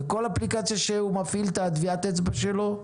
בכול אפליקציה שהוא מפעיל את טביעת האצבע שלו,